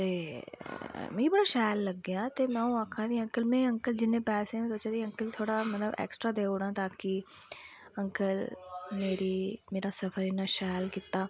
ते मिगी बड़ा शैल लग्गेआ ते अं'ऊ आक्खा दी ही की में जिन्ने अंकल पैसे न बचे दे मतलब थोह्ड़ा एक्स्ट्रा देई ओड़ां मतलब की अंकल मेरा सफर इन्ना शैल कीता